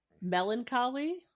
melancholy